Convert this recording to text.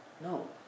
No